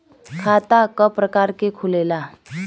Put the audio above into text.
खाता क प्रकार के खुलेला?